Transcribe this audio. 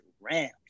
Rams